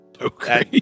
Okay